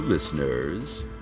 Listeners